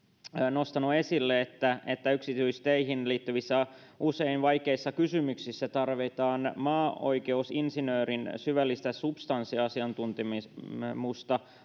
nostanut esille sen että yksityisteihin liittyvissä usein vaikeissa kysymyksissä tarvitaan maaoikeusinsinöörin syvällistä substanssiasiantuntemusta